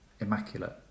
immaculate